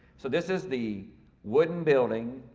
so this is the wooden building,